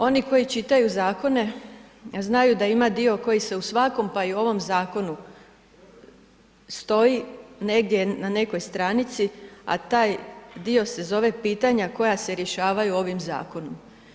Oni koji čitaju zakone znaju da ima dio koji se u svakom pa i u ovom zakonu stoji negdje na nekoj stranici, a taj dio se zove pitanja koja se rješavaju ovim zakonom.